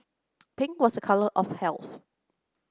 pink was a colour of health